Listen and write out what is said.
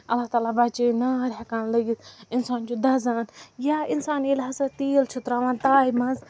اللہ تعالیٰ بَچٲیِن نار ہٮ۪کان لٔگِتھ اِنسان چھُ دَزان یا اِنسان ییٚلہِ ہَسا تیٖل چھُ ترٛاوان تایہِ منٛز